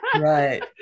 Right